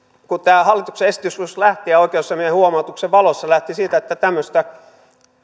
kun tämä hallituksen esitys oikeusasiamiehen huomautuksen valossa lähti siitä että tämmöistä